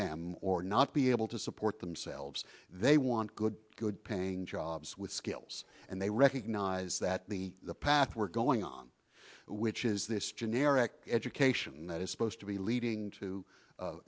them or not be able to support themselves they want good good paying jobs with skills and they recognize that the path we're going on which is this generic education that is supposed to be leading to